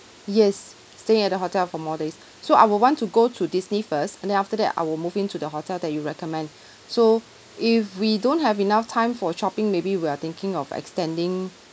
yes staying at the hotel for more days so I will want to go to disney first and then after that I will move in to the hotel that you recommend so if we don't have enough time for shopping maybe we are thinking of extending